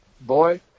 boy